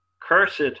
Cursed